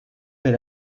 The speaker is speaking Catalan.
per